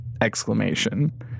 exclamation